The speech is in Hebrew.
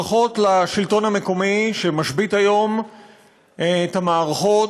ברכות לשלטון המקומי שמשבית היום את המערכות.